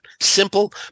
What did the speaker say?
simple